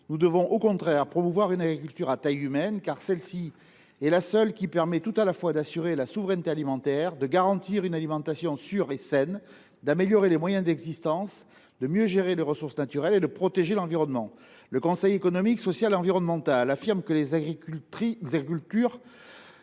Nous devons, au contraire, promouvoir une agriculture à taille humaine, car celle ci est la seule qui permet tout à la fois d’assurer la souveraineté alimentaire, de garantir une alimentation sûre et saine, d’améliorer les moyens d’existence, de mieux gérer les ressources naturelles et de protéger l’environnement. Le Cese affirme que les agricultures